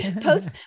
post